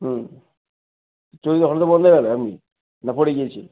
হুম চলতে চলতে বন্ধ হয়ে গেল এমনি না পড়ে গিয়েছিলো